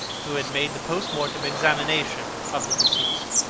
who had made the post-mortem examination of the deceased.